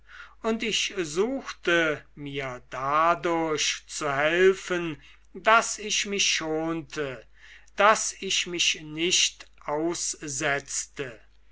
und ich suchte mir dadurch zu helfen daß ich mich schonte daß ich mich nicht aussetzte